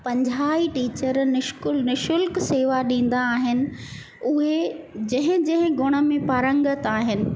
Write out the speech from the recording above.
पंजाहु ई टीचर निश्कुल निशुल्क शेवा ॾींदा आहिनि उहे जंहिं जंहिं गुण में पारंगत आहिनि